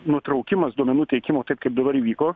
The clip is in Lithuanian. nutraukimas duomenų teikimo taip kaip dabar įvyko